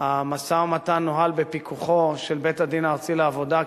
שהמשא-ומתן נוהל בפיקוחו של בית-הדין הארצי לעבודה,